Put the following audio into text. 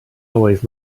always